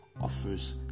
offers